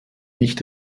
nicht